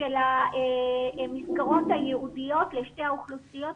של המסגרות הייעודיות לשתי האוכלוסיות האלה.